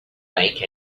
make